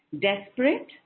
desperate